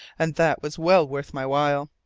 and that was well worth my while.